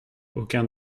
aucun